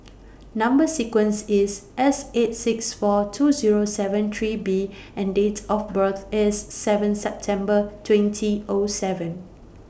Number sequence IS S eight six four two Zero seven three B and Date of birth IS seven September twenty O seven